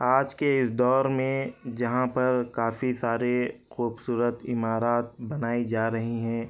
آج کے اس دور میں جہاں پر کافی سارے خوبصورت عمارات بنائی جا رہی ہیں